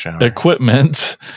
equipment